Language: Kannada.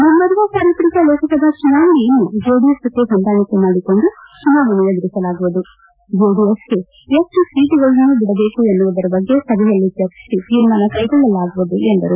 ಮುಂಬರುವ ಸಾರ್ವತ್ರಿಕ ಲೋಕಸಭಾ ಚುನಾವಣೆಯನ್ನು ಜೆಡಿಎಸ್ ಜೊತೆ ಹೊಂದಾಣಿಕೆ ಮಾಡಿಕೊಂಡು ಚುನಾವಣೆ ಎದುರಿಸಲಾಗುವುದು ಜೆಡಿಎಸ್ ಗೆ ಎಷ್ಟು ಸೀಟುಗಳನ್ನು ಬಿಡಬೇಕು ಎನ್ನುವುದರ ಬಗ್ಗೆ ಸಭೆಯಲ್ಲಿ ಚರ್ಚಿಸಿ ತೀರ್ಮಾನ ಕೈಗೊಳ್ಳಲಾಗುವುದು ಎಂದರು